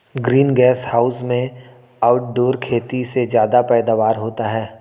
green gas house में outdoor खेती से ज्यादा पैदावार होता है